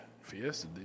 Fiesta